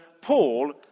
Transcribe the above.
Paul